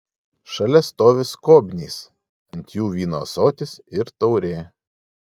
šalia stovi skobnys ant jų vyno ąsotis ir taurė